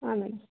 ಹಾಂ ಮೇಡಮ್